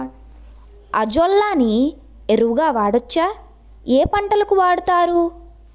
Azolla ని ఎరువు గా వాడొచ్చా? ఏ పంటలకు వాడతారు?